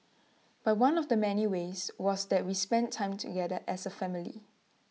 but one of the many ways was that we spent time together as A family